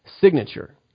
signature